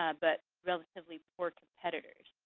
ah but relatively poor competitors.